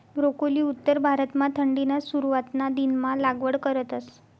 broccoli उत्तर भारतमा थंडीना सुरवातना दिनमा लागवड करतस